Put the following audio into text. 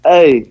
Hey